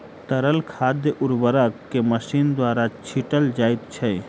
तरल खाद उर्वरक के मशीन द्वारा छीटल जाइत छै